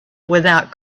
without